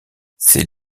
c’est